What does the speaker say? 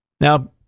Now